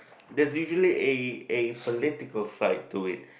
there's usually a a political side to it